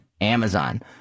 Amazon